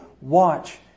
watch